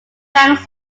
banks